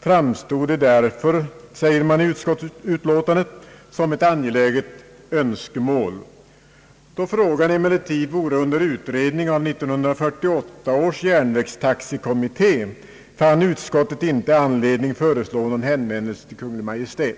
framstode därför, framhålles det i utskottsutlåtandet, som ett angeläget önskemål. Då frågan emellertid vore under utredning av 1948 års järnvägstaxekommitté fann utskottet inte anledning föreslå någon hänvändelse till Kungl. Maj:t.